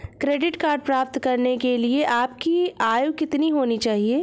Credit card प्राप्त करने के लिए आपकी आयु कितनी होनी चाहिए?